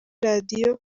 radiyo